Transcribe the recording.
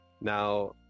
now